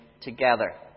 together